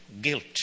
guilt